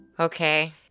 Okay